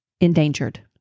Endangered